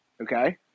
Okay